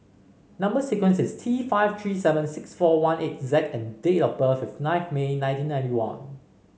number sequence is T five three seven six four one eight Z and date of birth is nineth May nineteen ninety one